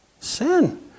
Sin